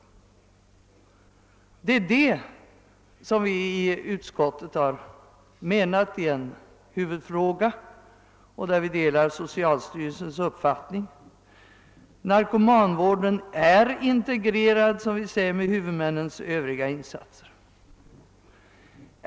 Det är detta som vi i utskottet menar är en huvudfråga, och vi delar därvidlag socialstyrelsens uppfattning. Narkomanvården är, som vi skriver, integrerad med huvudmännens övriga insatser.